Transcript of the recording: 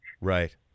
Right